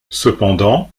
cependant